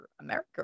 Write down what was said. america